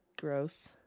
gross